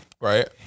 Right